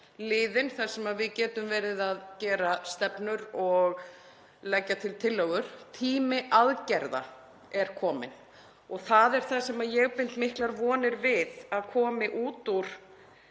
liðinn þar sem við getum verið að marka stefnur og leggja til tillögur, tími aðgerða er kominn. Og það er það sem ég bind miklar vonir við að komi út úr